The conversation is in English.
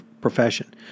profession